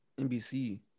NBC